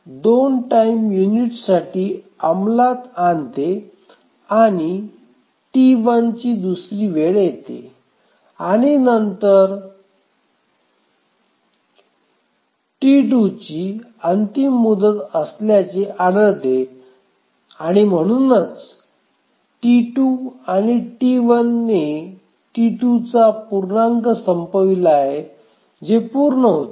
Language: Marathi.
T21 २ टाईम युनिट्ससाठी अंमलात आणते आणि T1 ची दुसरी वेळ येते आणि T1 नंतर T2 ची अंतिम मुदत असल्याचे आढळते आणि म्हणूनच T2 आणि T1 ने T2 चा पूर्णांक संपविला आहे जे पूर्ण होते